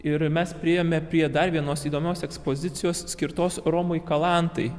ir mes priėjome prie dar vienos įdomios ekspozicijos skirtos romui kalantai